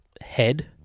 head